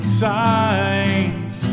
signs